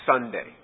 Sunday